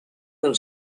del